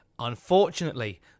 Unfortunately